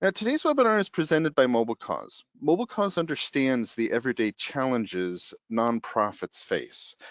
and today's webinar is presented by mobilecause, mobilecause understands the everyday challenges nonprofits face,